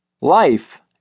Life